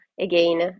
again